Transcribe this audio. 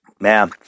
Man